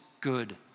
good